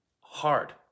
hard